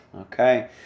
Okay